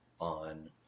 on